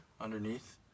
underneath